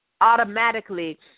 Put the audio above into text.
automatically